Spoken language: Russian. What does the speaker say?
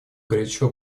горячо